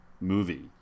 movie